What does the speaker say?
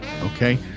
Okay